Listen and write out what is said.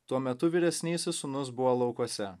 tuo metu vyresnysis sūnus buvo laukuose